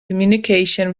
communication